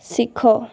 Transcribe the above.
ଶିଖ